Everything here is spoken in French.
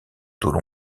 tôle